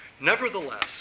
Nevertheless